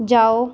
ਜਾਓ